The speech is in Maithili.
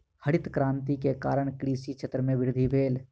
हरित क्रांति के कारण कृषि क्षेत्र में वृद्धि भेल